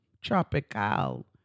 tropical